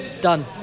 Done